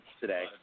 today